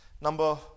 Number